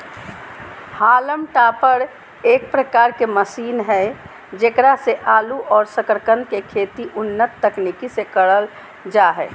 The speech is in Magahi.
हॉलम टॉपर एक प्रकार के मशीन हई जेकरा से आलू और सकरकंद के खेती उन्नत तकनीक से करल जा हई